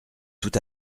tout